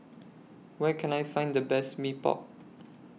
Where Can I Find The Best Mee Pok